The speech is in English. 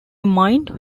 mined